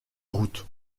route